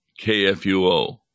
KFUO